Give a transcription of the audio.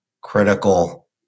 critical